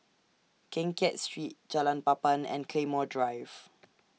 Keng Kiat Street Jalan Papan and Claymore Drive